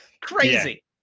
Crazy